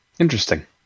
Interesting